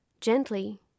Gently